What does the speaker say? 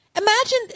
Imagine